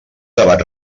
debat